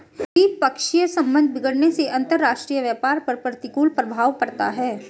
द्विपक्षीय संबंध बिगड़ने से अंतरराष्ट्रीय व्यापार पर प्रतिकूल प्रभाव पड़ता है